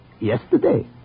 Yesterday